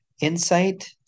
insight